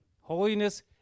Holiness